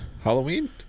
Halloween